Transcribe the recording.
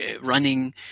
running